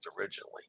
originally